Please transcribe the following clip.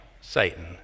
Satan